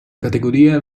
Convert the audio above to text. categorie